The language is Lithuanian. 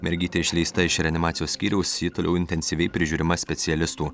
mergytė išleista iš reanimacijos skyriaus ji toliau intensyviai prižiūrima specialistų